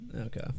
okay